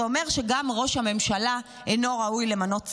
זה אומר שגם ראש הממשלה אינו ראוי למנות שרים,